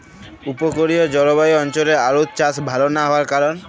উপকূলীয় জলবায়ু অঞ্চলে আলুর চাষ ভাল না হওয়ার কারণ?